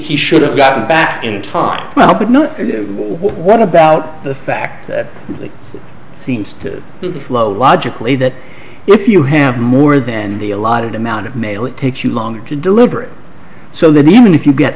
he should have gotten back in time well but not what about the fact that it seems to logically that if you have more than the allotted amount of mail it takes you longer to deliberate so that even if you get